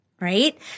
right